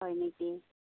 হয় নেকি